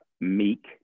meek